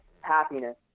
happiness